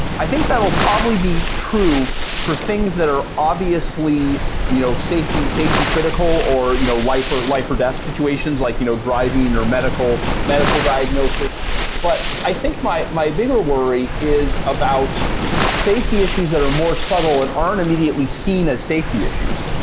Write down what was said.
i think that'll probably be true for things that are obviously you know safety safety critical, or you know life or life or death situations, like you know driving or medical medical diagnosis but i think my my bigger worry is about safety issues that are more subtle and aren't immediately seen as safety issues.